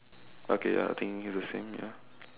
okay ya I think it's the same ya